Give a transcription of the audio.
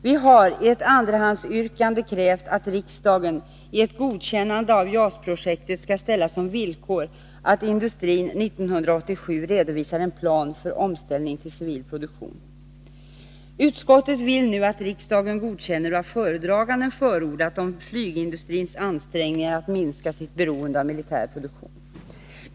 Vi har i ett andrahandsyrkande krävt att riksdagen för ett godkännande av JAS projektet skall ställa som villkor att industrin 1987 redovisar en plan för omställning till civil produktion. Utskottet vill nu att riksdagen godkänner vad föredraganden har förordat om flygindustrins ansträngningar att minska sitt beroende av militär produktion.